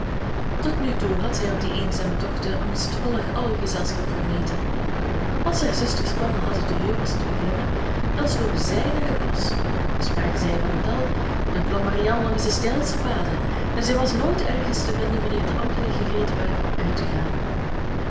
tot nu toe had zij op die eenzame tochten angstvallig alle gezelschap vermeden als haar zusters plan hadden de heuvels te beklimmen dan sloop zij naar het bosch spraken zij van het dal dan klom marianne langs de steilste paden en zij was nooit ergens te vinden wanneer de anderen gereed waren om uit te gaan